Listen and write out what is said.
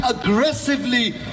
aggressively